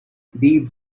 deeds